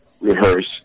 rehearse